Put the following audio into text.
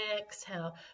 exhale